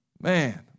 Man